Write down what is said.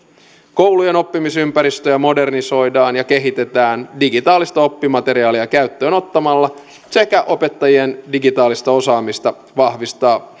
koulujen oppimisympäristöjä modernisoidaan ja kehitetään digitaalista oppimateriaalia käyttöön ottamalla sekä opettajien digitaalista osaamista